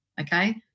okay